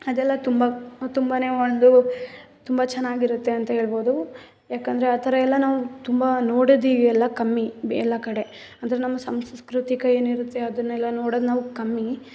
ಅದೆಲ್ಲ ತುಂಬ ತುಂಬ ಒಂದು ತುಂಬ ಚೆನ್ನಾಗಿರುತ್ತೆ ಅಂತ ಹೇಳ್ಬೋದು ಏಕಂದ್ರೆ ಆ ಥರ ಎಲ್ಲ ನಾವು ತುಂಬ ನೋಡೋದ್ ಈಗ ಎಲ್ಲ ಕಮ್ಮಿ ಬ್ ಎಲ್ಲ ಕಡೆ ಅಂದ್ರೆ ನಮ್ಮ ಸಾಂಸ್ಕೃತಿಕ ಏನಿರುತ್ತೆ ಅದನ್ನೆಲ್ಲ ನೋಡೋದ್ ನಾವು ಕಮ್ಮಿ